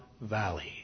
Valley